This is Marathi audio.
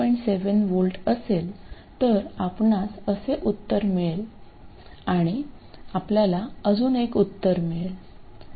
7V असेल तर आपणास असे उत्तर मिळेल आणि आपल्याला अजून एक उत्तर मिळेल